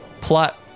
plot